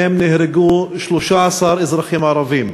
שבהם נהרגו 13 אזרחים ערבים.